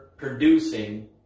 ...producing